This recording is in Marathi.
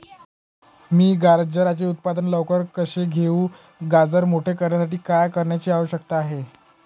मी गाजराचे उत्पादन लवकर कसे घेऊ? गाजर मोठे करण्यासाठी काय करण्याची आवश्यकता आहे?